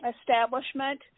establishment